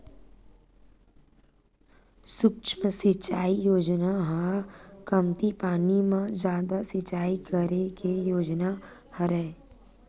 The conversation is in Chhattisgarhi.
सुक्ष्म सिचई योजना ह कमती पानी म जादा सिचई करे के योजना हरय